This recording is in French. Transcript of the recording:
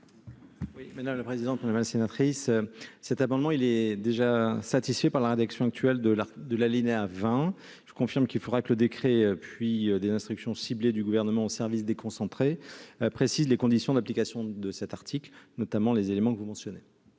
Quel est l'avis de la commission ? Cet amendement est satisfait par la rédaction actuelle de l'alinéa 20. Je confirme qu'il faudra que le décret puis des instructions ciblées du Gouvernement aux services déconcentrés précisent les conditions d'application de cet article, notamment les éléments que vous mentionnez.